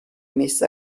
messe